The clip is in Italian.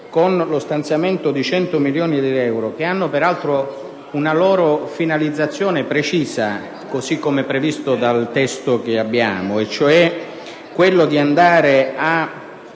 con lo stanziamento di 100 milioni di euro, che hanno peraltro una loro finalizzazione precisa, così come previsto dal testo, cioè di finanziare un